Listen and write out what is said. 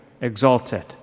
Exalted